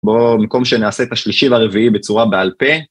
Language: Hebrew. בואו במקום שנעשה את השלישי והרביעי בצורה בעל פה.